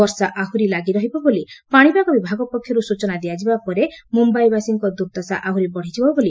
ବର୍ଷା ଆହୁରି ଲାଗି ରହିବ ବୋଲି ପାଣିପାଗ ବିଭାଗ ପକ୍ଷରୁ ସୂଚନା ଦିଆଯିବା ପରେ ମୁମ୍ଭାଇବାସୀଙ୍କ ଦୁର୍ଦ୍ଦଶା ଆହୁରି ବଢ଼ିଯିବ ବୋଲି ଅନୁମାନ କରାଯାଉଛି